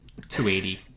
280